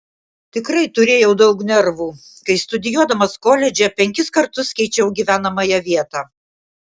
tikrai turėjau daug nervų kai studijuodamas koledže penkis kartus keičiau gyvenamąją vietą